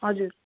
हजुर